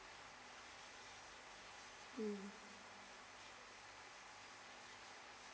mm okay